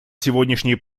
сегодняшнее